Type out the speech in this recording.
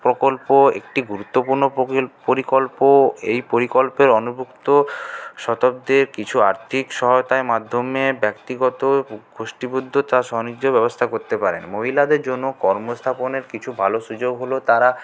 প্রকল্প একটি গুরুত্বপূর্ণ পরিকল্প এই পরিকল্পের অনভুক্ত শতাব্দের কিছু আর্থিক সহায়তায় মাধ্যমে ব্যক্তিগত গোষ্ঠীবদ্ধতা স্বনির্যয় ব্যবস্থা করতে পারেন মহিলাদের জন্য কর্মস্থাপনের কিছু ভালো সুযোগ হলো তারা